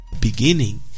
beginning